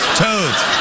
toads